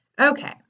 okay